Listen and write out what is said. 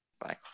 Bye